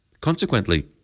Consequently